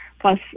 plus